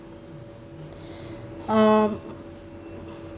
um